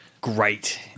great